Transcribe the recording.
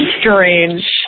strange